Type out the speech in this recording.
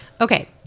Okay